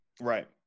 Right